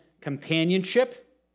companionship